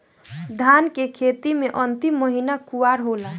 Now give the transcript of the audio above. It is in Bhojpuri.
धान के खेती मे अन्तिम महीना कुवार होला?